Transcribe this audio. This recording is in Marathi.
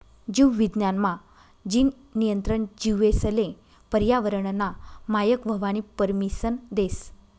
जीव विज्ञान मा, जीन नियंत्रण जीवेसले पर्यावरनना मायक व्हवानी परमिसन देस